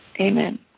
Amen